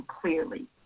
clearly